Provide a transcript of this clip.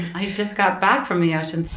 i just got back from the ocean.